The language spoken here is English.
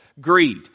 Greed